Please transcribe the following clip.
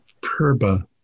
Perba